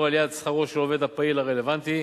עליית שכרו של העובד הפעיל הרלוונטי,